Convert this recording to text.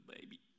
baby